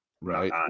Right